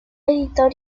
editor